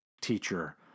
teacher